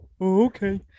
okay